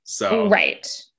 Right